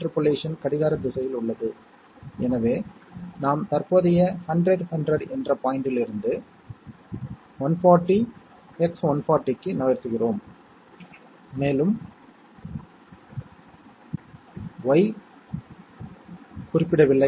எனவே சம் மற்றும் கேரியின் முடிவுகளைத் தரும் சர்க்யூட்களை நாம் பிரதிநிதித்துவப்படுத்த வேண்டும் என்றால் 1வது நிறுவப்பட்ட ஸ்டாண்டர்ட் கேட்களுடன் விரைவாக ஒப்பிட்டு அவை ஏற்கனவே உள்ளதா என்பதைக் கண்டறியலாம்